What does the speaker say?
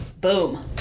boom